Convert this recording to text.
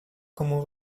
кому